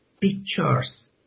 pictures